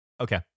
Okay